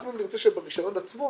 אנחנו נרצה שברישיון עצמו,